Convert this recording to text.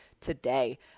today